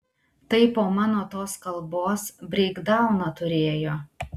tai po mano tos kalbos breikdauną turėjo